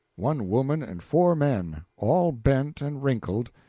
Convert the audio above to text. one woman and four men all bent, and wrinkled,